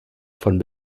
von